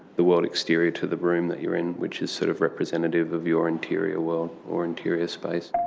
the world exterior to the room that you're in, which is sort of representative of your interior world or interior space.